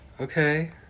Okay